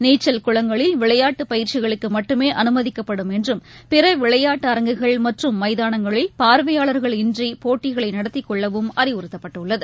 நீச்சல் குளங்களில் விளையாட்டுப் பயிற்சிகளுக்குமட்டுமேஅனுமதிக்கப்படும் என்றும் பிறவிளையாட்டு அரங்குகள் மற்றும் மைதானங்களில் பார்வையாளர்களின்றிபோட்டிகளைநடத்திக்கொள்ளவும் அறிவுறுத்தப்பட்டுள்ளது